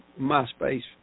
MySpace